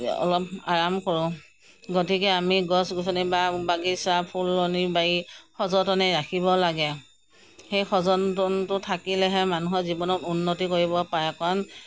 অলপ আৰাম কৰোঁ গতিকে আমি গছ গছনি বা বাগিচা ফুলনি বাৰী সযতনে ৰাখিব লাগে সেই সযতনটো থাকিলেহে মানুহে জীৱনত উন্নতি কৰিব পাৰে কাৰণ